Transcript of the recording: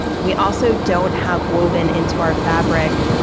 and we also don't have, woven into our fabric,